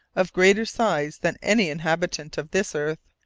of greater size than any inhabitant of this earth,